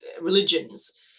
religions